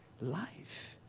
life